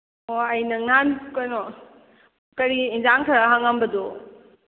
ꯑꯣ ꯑꯩ ꯅꯪ ꯅꯍꯥꯟ ꯀꯩꯅꯣ ꯀꯔꯤ ꯏꯟꯖꯥꯡ ꯈꯔ ꯍꯪꯉꯝꯕꯗꯣ